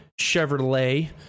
Chevrolet